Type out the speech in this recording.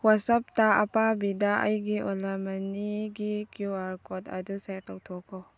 ꯋꯥꯠꯆꯞꯇ ꯑꯄꯥꯕꯤꯗ ꯑꯩꯒꯤ ꯑꯣꯂꯥ ꯃꯅꯤꯒꯤ ꯀ꯭ꯌꯨ ꯑꯥꯔ ꯀꯣꯠ ꯑꯗꯨ ꯁꯤꯌꯥꯔ ꯇꯧꯊꯣꯛꯈꯣ